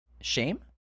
Shame